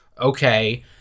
Okay